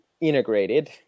integrated